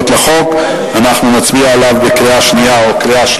לנתח את הדוחות החשבונאיים של החברה ולהבין את